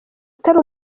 utari